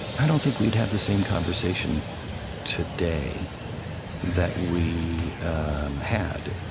i don't think we'd have the same conversation today that we had